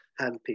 handpiece